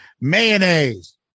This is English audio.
Mayonnaise